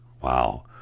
Wow